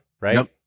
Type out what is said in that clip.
right